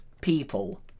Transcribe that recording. people